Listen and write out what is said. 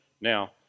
Now